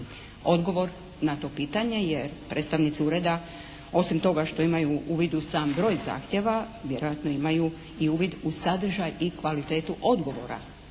odgovor na to pitanje, jer predstavnici ureda osim toga što imaju u vidu sam broj zahtjeva vjerojatno imaju i uvid u sadržaj i kvalitetu odgovora